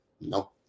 no